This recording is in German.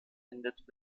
endet